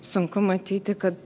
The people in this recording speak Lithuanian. sunku matyti kad